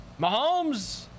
Mahomes